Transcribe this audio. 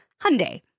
Hyundai